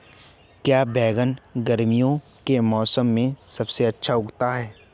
क्या बैगन गर्मियों के मौसम में सबसे अच्छा उगता है?